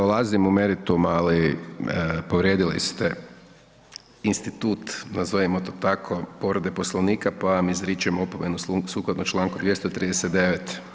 Ne ulazim u meritum, ali povrijedili ste institut, nazovimo to tako, povrede Poslovnika, pa vam izričem opomenu sukladno čl. 239.